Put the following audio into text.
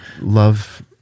love